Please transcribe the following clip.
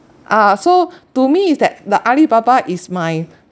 uh so to me is that the Alibaba is my